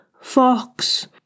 Fox